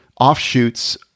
offshoots